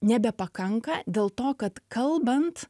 nebepakanka dėl to kad kalbant